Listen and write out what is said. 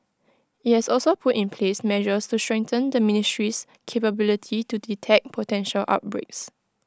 IT has also put in place measures to strengthen the ministry's capability to detect potential outbreaks